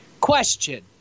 Question